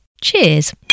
Cheers